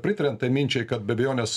pritariant tai minčiai kad be abejonės